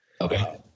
Okay